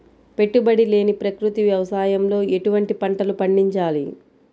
పెట్టుబడి లేని ప్రకృతి వ్యవసాయంలో ఎటువంటి పంటలు పండించాలి?